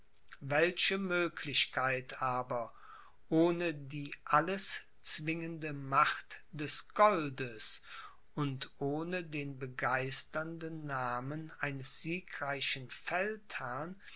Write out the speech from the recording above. welche möglichkeit aber ohne die alles zwingende macht des goldes und ohne den begeisternden namen eines siegreichen feldherrn